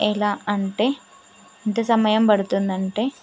ఎలా అంటే ఎంత సమయం పడుతుందంటే